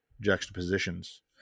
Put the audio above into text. juxtapositions